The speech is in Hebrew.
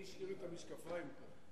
מי השאיר את המשקפיים פה?